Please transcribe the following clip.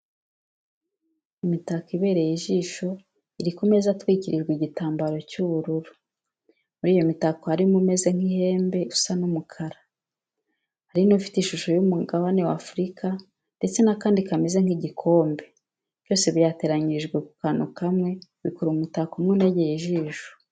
Imitako ibereye ijisho iri ku meza atwikirijwe igitambaro cy'ubururu, muri iyo mitako harimo umeze n'ihembe usa n'umukara, hari n'ufite ishusho y'umugabane w'Afurika ndetse n'akandi kameze nk'igikombe byose byateranyirijwe ku kantu kamwe bikora umutako umwe unogeye ijisho.